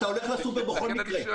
אתה הולך לסופרמרקט בכל מקרה.